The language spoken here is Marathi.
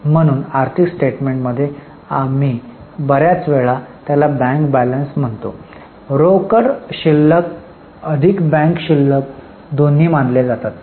म्हणून आर्थिक स्टेटमेन्टमध्ये आम्ही बर्याच वेळा त्याला बँक बॅलन्स म्हणून म्हणतो रोकड शिल्लक अधिक बँक शिल्लक दोन्ही मानले जाते